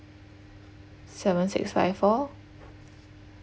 seven six five four